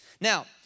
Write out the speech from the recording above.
Now